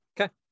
Okay